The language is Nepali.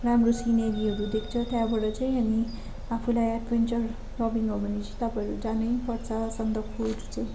राम्रो सिनेरीहरू देख्छ त्यहाँबाट चाहिँ अनि आफूलाई एडभेन्चर लभिङ हो भने चाहिँ तपाईँहरू जानै पर्छ सन्दकपुर चाहिँ